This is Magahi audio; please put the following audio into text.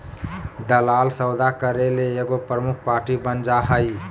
दलाल सौदा करे ले एगो प्रमुख पार्टी बन जा हइ